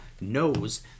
knows